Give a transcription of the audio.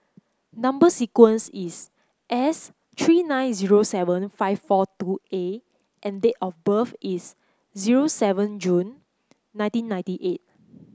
number sequence is S three nine zero seven five four two A and date of birth is zero seven June nineteen ninety eight